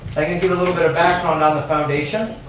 i can give a little bit of background on the foundation.